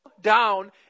down